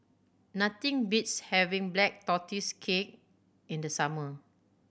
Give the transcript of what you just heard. nothing beats having Black Tortoise Cake in the summer